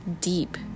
deep